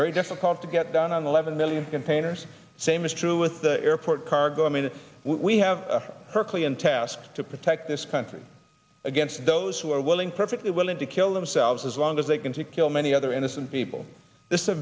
very difficult to get down on the level million containers same is true with the airport cargo i mean we have a perfectly in task to protect this country against those who are willing perfectly willing to kill themselves as long as they can to kill many other innocent people